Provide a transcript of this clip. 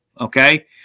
okay